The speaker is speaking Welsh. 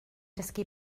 dysgu